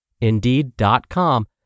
Indeed.com